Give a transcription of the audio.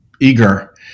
eager